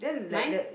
mine